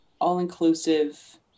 all-inclusive